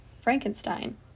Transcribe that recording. Frankenstein